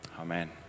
Amen